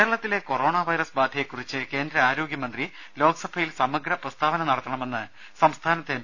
കേരളത്തിലെ corona virus ബാധയെ കുറിച്ച് കേന്ദ്ര ആരോഗൃ മന്ത്രി ലോക്സഭയിൽ സമഗ്ര പ്രസ്താവന നടത്തണമെന്ന് സംസ്ഥാ നത്തെ എം